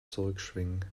zurückschwingen